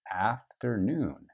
afternoon